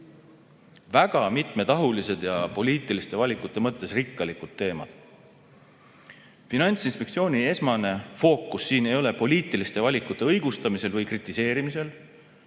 väga mitmetahulised ja poliitiliste valikute mõttes rikkalikud teemad. Finantsinspektsiooni esmane fookus siin ei ole poliitiliste valikute õigustamisel või kritiseerimisel,